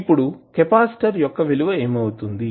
ఇప్పుడు కెపాసిటర్ యొక్క విలువ ఏమి అవుతుంది